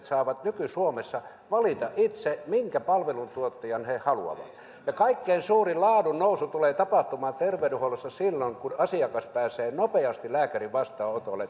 saavat nyky suomessa valita itse minkä palveluntuottajan he haluavat kaikkein suurin laadun nousu tulee tapahtumaan terveydenhuollossa silloin kun asiakas pääsee nopeasti lääkärin vastaanotolle